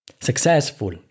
Successful